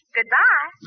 Goodbye